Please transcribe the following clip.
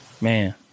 Man